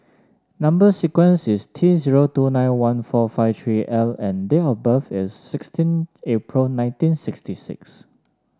number sequence is T zero two nine one four five three L and date of birth is sixteen April nineteen sixty six